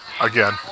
Again